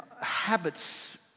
habits